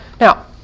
Now